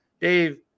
Dave